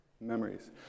Memories